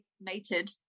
Mated